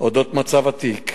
במצב התיק.